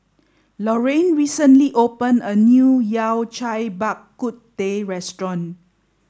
Lorine recently opened a new Yao Cai Bak Kut Teh Restaurant